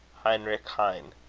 heinrich heine